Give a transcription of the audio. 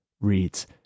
reads